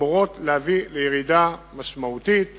אמורות להביא לירידה משמעותית